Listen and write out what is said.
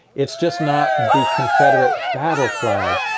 it's just not the confederate battle flag,